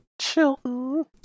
Chilton